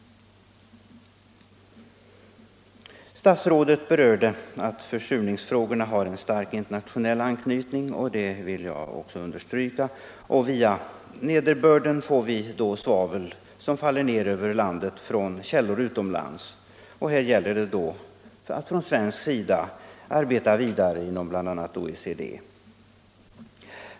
Statsrådet nämnde att försurningsfrågorna har en stark interna tionell anknytning, och det vill jag också understryka. Via nederbörden får vi svavel som faller ner över landet från källor utomlands. Där gäller det då att från svensk sida arbeta vidare inom bl.a. OECD.